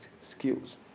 skills